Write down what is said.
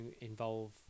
involve